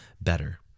better